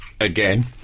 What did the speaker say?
again